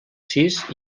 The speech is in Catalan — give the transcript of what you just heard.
sis